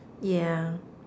yeah